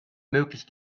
möglich